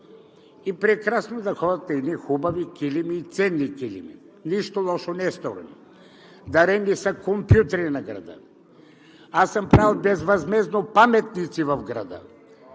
и прекрасно да ходят по едни хубави и ценни килими. Нищо лошо не е сторено. Дарени са компютри на града. Аз съм правил безвъзмездно паметници в града.